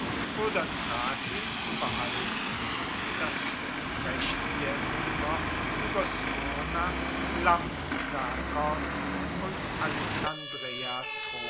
oder thrakien zu behalten und das schutzrecht der roemer ueber smyrna lampsakos und alexandreia